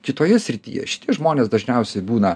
kitoje srityje šitie žmonės dažniausiai būna